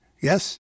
Yes